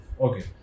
Okay